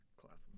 classes